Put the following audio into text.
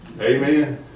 amen